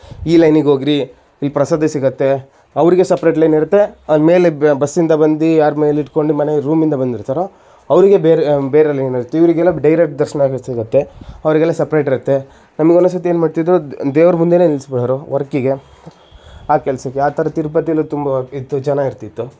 ಈ ಲೈನಿಗೆ ಹೋಗಿರಿ ಇಲ್ಲಿ ಪ್ರಸಾದ ಸಿಗತ್ತೆ ಅವರಿಗೆ ಸಪ್ರೇಟ್ ಲೈನಿರತ್ತೆ ಅಲ್ಲಿ ಮೇಲೆ ಬಸ್ಸಿಂದ ಬಂದು ಯಾರು ಮನೇಲಿ ಇದ್ಕೊಂಡು ಮನೆ ರೂಮಿಂದ ಬಂದಿರ್ತಾರೋ ಅವರಿಗೆ ಬೇರೆ ಬೇರೆ ಲೈನ್ ಇರತ್ತೆ ಇವರಿಗೆಲ್ಲ ಡೈರೆಕ್ಟ್ ದರ್ಶನ ಆಗತ್ ಸಿಗತ್ತೆ ಅವರಿಗೆಲ್ಲ ಸಪ್ರೇಟ್ ಇರತ್ತೆ ನಮ್ಗೊಂದೊಂದು ಸತಿ ಏನು ಮಾಡ್ತಿದ್ರು ದೇವರ ಮುಂದೆಯೇ ನಿಲ್ಸ್ಬಿಡೋರು ವರ್ಕಿಗೆ ಆ ಕೆಲಸಕ್ಕೆ ಆ ಥರ ತಿರುಪತಿಯಲ್ಲೂ ತುಂಬ ಇತ್ತು ಚೆನ್ನಾಗಿರ್ತಿತ್ತು